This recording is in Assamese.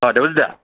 অঁ দেৱজিত দা